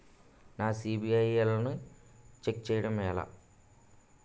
నా సిబిఐఎల్ ని ఛెక్ చేయడం ఎలా?